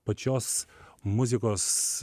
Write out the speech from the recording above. pačios muzikos